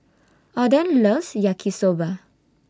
Alden loves Yaki Soba